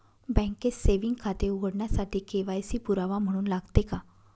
बँकेत सेविंग खाते उघडण्यासाठी के.वाय.सी पुरावा म्हणून लागते का?